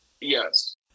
Yes